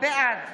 בעד